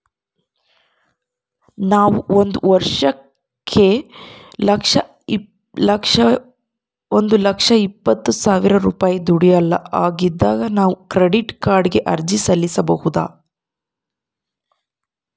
ನಾನು ವರ್ಷಕ್ಕ ಒಂದು ಲಕ್ಷ ಇಪ್ಪತ್ತು ಸಾವಿರ ರೂಪಾಯಿ ದುಡಿಯಲ್ಲ ಹಿಂಗಿದ್ದಾಗ ನಾನು ಕ್ರೆಡಿಟ್ ಕಾರ್ಡಿಗೆ ಅರ್ಜಿ ಹಾಕಬಹುದಾ?